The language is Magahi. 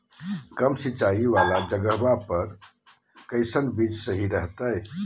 कम सिंचाई वाला जगहवा पर कैसन बीज सही रहते?